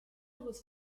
was